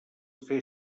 fer